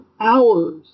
hours